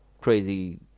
crazy